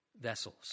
vessels